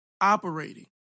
operating